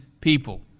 people